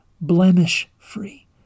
blemish-free